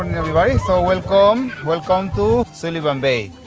everybody, so welcome. um welcome to sullivan bay,